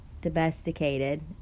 domesticated